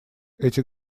эти